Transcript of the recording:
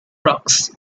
rocks